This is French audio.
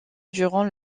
durant